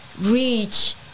reach